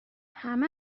همه